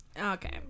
Okay